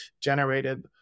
generated